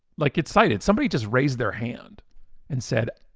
like it's cited. somebody just raised their hand and said,